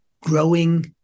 growing